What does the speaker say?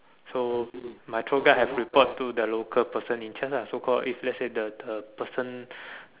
so my tour guide have report to the local person in charge lah so call if let say the the person